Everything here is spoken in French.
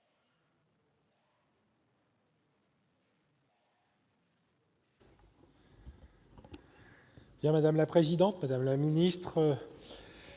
Madame la présidente, madame la ministre,